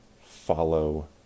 Follow